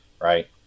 right